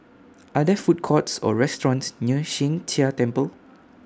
Are There Food Courts Or restaurants near Sheng Jia Temple